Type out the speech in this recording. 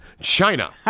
China